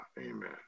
amen